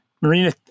marina